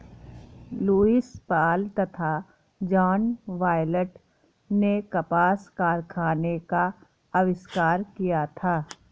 Lewis Paul तथा John Wyatt ने कपास कारखाने का आविष्कार किया था